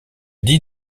dit